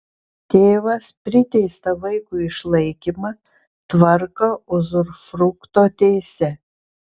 tėvas priteistą vaikui išlaikymą tvarko uzufrukto teise